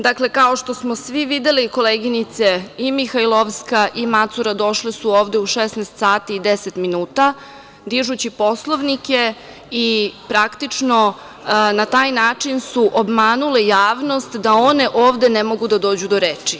Dakle, kao što smo svi videli koleginice i Mihajlovska i Macura, došle su ovde u 16 sati i 10 minuta dižući poslovnike i praktično na taj način su obmanule javnost da one ovde ne mogu da dođu do reči.